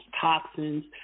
toxins